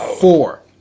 four